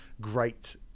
great